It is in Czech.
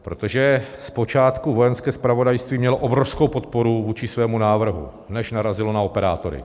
Protože zpočátku Vojenské zpravodajství mělo obrovskou podporu vůči svému návrhu, než narazilo na operátory.